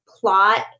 plot